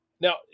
Now